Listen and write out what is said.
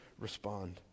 respond